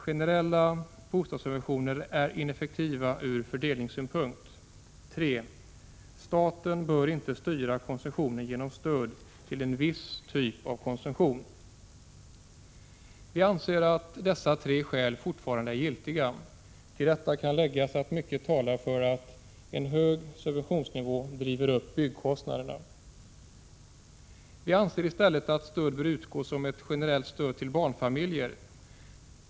Generella bostadssubventioner är ineffektiva ur fördelningssynpunkt. 3. Staten bör inte styra konsumtionen genom stöd till en viss typ av konsumtion. Vi anser att dessa tre skäl fortfarande är giltiga. Till detta kan läggas att mycket talar för att en hög subventionsnivå driver upp byggkostnaderna. Vi anser att stödet i stället bör utgå som ett generellt stöd till barnfamiljerna.